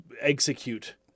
execute